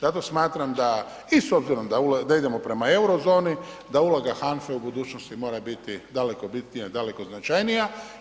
Zato smatram da i s obzirom da idemo prema eurozoni, da uloga HANFA-e u budućnosti mora biti daleko bitnija i daleko značajnija.